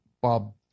Bob